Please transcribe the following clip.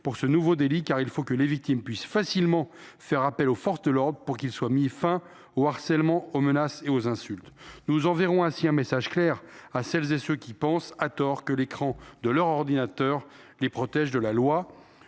pour ce nouveau délit : il faut que les victimes puissent facilement faire appel aux forces de l’ordre pour qu’il soit mis fin au harcèlement, aux menaces et aux insultes. Nous enverrons ainsi un message clair à celles et à ceux qui pensent, à tort, que l’écran de leur ordinateur les protège de la loi